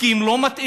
כי הם לא מתאימים,